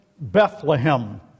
Bethlehem